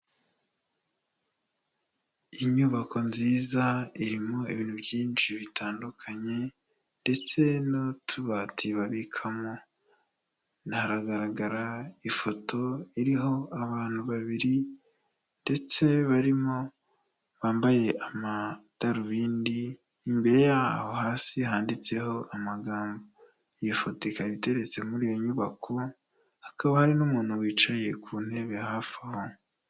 Inyubako nziza irimo ibintu byinshi bitandukanye ndetse n'utubati babikamo, hagaragara ifoto iriho abantu babiri ndetse barimo bambaye amadarubindi, imbere yaho hasi handitseho amagambo. Iyo foto ikaba iteretse muri iyo nyubako hakaba hari n'umuntu wicaye ku ntebe hafi aho.